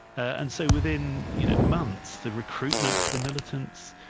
and so within you know months, the recruitment to the militants,